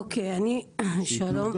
שלום,